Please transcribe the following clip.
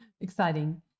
exciting